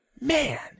Man